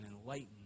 enlightened